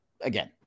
again